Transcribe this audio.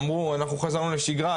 אמרו אנחנו חזרנו לשיגרה,